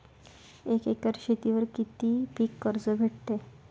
एक एकर शेतीवर किती पीक कर्ज भेटते?